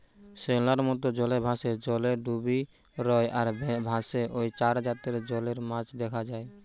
শ্যাওলার মত, জলে ভাসে, জলে ডুবি রয় আর ভাসে ঔ চার জাতের জলের গাছ দিখা যায়